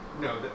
No